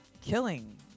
killing